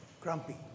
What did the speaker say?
grumpy